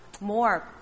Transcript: more